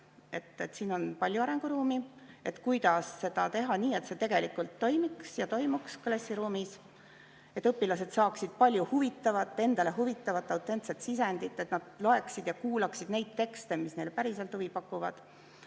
Siin on palju arenguruumi, kuidas seda teha nii, et see tegelikult toimiks ja toimuks klassiruumis. Et õpilased saaksid palju huvitavat autentset sisendit, et nad loeksid ja kuulaksid neid tekste, mis neile päriselt huvi pakuvad.